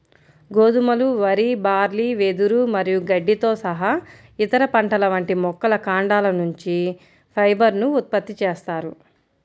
గోధుమలు, వరి, బార్లీ, వెదురు మరియు గడ్డితో సహా ఇతర పంటల వంటి మొక్కల కాండాల నుంచి ఫైబర్ ను ఉత్పత్తి చేస్తారు